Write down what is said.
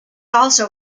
also